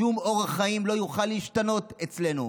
שום אורח חיים לא יוכל להשתנות אצלנו.